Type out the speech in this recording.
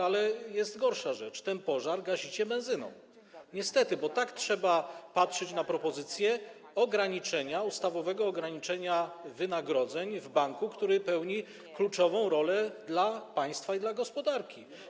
Ale jest gorsza rzecz - ten pożar gasicie benzyną, niestety, bo tak trzeba patrzeć na propozycję ograniczenia, ustawowego ograniczenia wynagrodzeń w banku, który pełni kluczową rolę dla państwa i dla gospodarki.